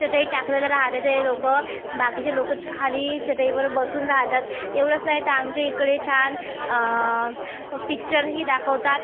चटई टाकलेल्या राहते तिथं लोक बाकीचे लोक खाली चटईवर बसून राहतात एवढंच नाही तर आमच्या इकडे छान पिच्चरही दाखवतात